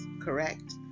correct